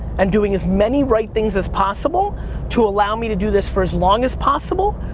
and doing as many right things as possible to allow me to do this for as long as possible,